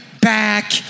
back